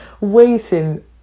waiting